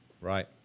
Right